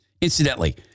incidentally